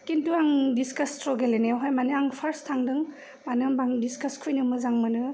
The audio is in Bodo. खिन्थु आं डिस्कास ट्र गेलेनायावहाय माने आं फार्स्ट थांदों मानो होमबा आं डिस्कास खुयैनो मोजां मोनो